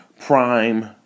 prime